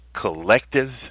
collective